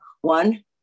one